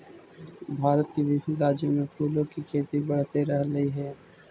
भारत के विभिन्न राज्यों में फूलों की खेती बढ़ते रहलइ हे